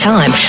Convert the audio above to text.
Time